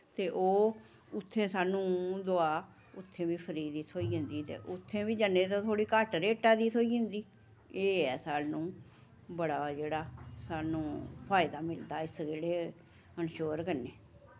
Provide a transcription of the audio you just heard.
ते ओह् उत्थै सानूं दोआ उत्थै बी फ्री दी थ्होई जंदी ते उत्थै बी जन्ने ते थोह्ड़ी घट्ट रेटा दी थ्होई जंदी एह् ऐ सानूं बड़ा जेह्ड़ा सानूं फायदा मिलदा इस गड़े इंशोर कन्नै